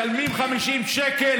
משלמים 50 שקל.